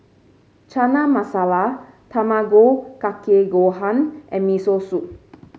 Chana Masala Tamago Kake Gohan and Miso Soup